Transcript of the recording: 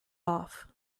off